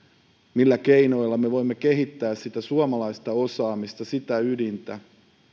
millä keinoilla me voimme kehittää suomalaista osaamista sitä ydintä